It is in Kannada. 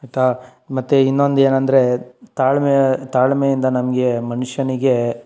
ಆಯಿತಾ ಮತ್ತು ಇನ್ನೊಂದು ಏನಂದರೆ ತಾಳ್ಮೆ ತಾಳ್ಮೆಯಿಂದ ನಮಗೆ ಮನುಷ್ಯನಿಗೆ